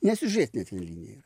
ne siužetinė ten linija